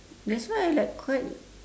that's why I like quite